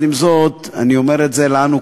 עם זאת, אני אומר את זה לנו כולנו,